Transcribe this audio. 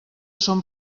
són